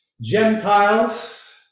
Gentiles